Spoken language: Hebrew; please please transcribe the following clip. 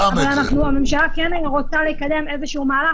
הממשלה כן רוצה לקדם איזשהו מהלך